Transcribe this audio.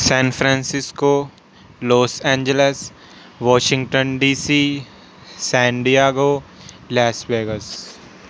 San Francisco Los Angeles Washington DC san diego Las Vegas